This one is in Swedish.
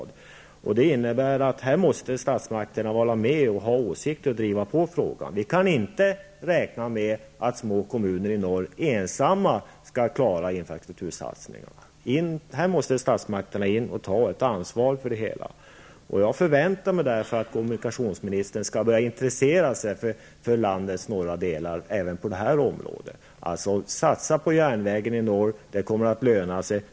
Det innebär att statsmakterna måste vara med här, ha åsikter och driva på frågan. Vi kan inte räkna med att små kommuner i norr ensamma skall klara infrastruktursatsningarna. Här måste statsmakterna ta ett ansvar. Jag förväntar mig därför att kommunikationsministern skall börja intressera sig för landets norra delar även på detta område. Satsa på järnvägen i norr! Det kommer attt löna sig.